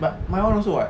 but my [one] also [what]